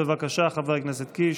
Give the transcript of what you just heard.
בבקשה, חבר הכנסת קיש,